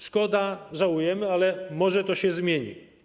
Szkoda, żałujemy, ale może to się zmieni.